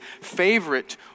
favorite